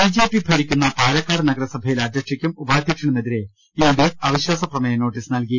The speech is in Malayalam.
ബിജെപി ഭരിക്കുന്ന പാലക്കാട് നഗരസഭയിലെ അധൃക്ഷയ്ക്കും ഉപാധൃക്ഷനും എതിരെ യുഡിഎഫ് അവിശ്വാസ പ്രമേയ നോട്ടിസ് നൽകി